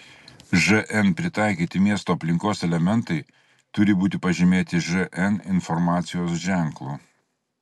žn pritaikyti miesto aplinkos elementai turi būti pažymėti žn informacijos ženklu